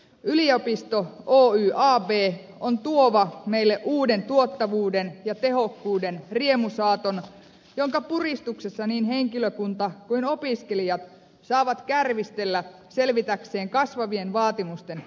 yliopisto oy ab on tuova meille uuden tuottavuuden ja tehokkuuden riemusaaton jonka puristuksessa niin henkilökunta kuin opiskelijat saavat kärvistellä selvitäkseen kasvavien vaatimusten ristipaineissa